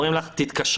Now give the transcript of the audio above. אומרים לך: תתקשרי.